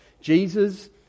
Jesus